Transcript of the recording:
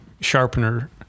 Sharpener